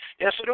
Yes